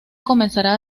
comenzará